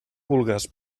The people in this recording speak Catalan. vulgues